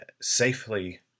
safely